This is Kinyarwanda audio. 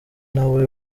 nawe